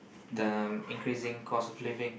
the increasing cost of living